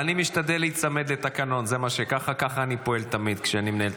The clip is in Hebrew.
כי שר מגיע לריאיון